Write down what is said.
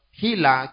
hila